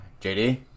JD